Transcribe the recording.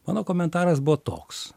mano komentaras buvo toks